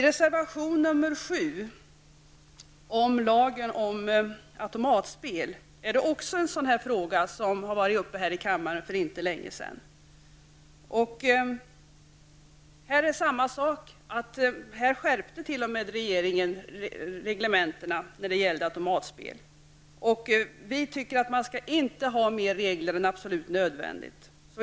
Reservation nr 7 gäller upphävandet av lagen om anordnande av visst automatspel. Även den frågan behandlades här i kammaren för inte särskilt länge sedan. Här är det samma sak. Regeringen har t.o.m. skärpt reglementena för automatspel. Men vi tycker inte att det skall förekomma fler regler än vad som är absolut nödvändigt.